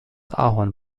ahorn